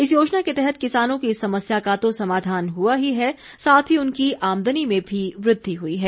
इस योजना के तहत किसानों की इस समस्या का तो समाधान हुआ ही है साथ ही उनकी आमदनी में भी वृद्धि हुई है